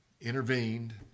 intervened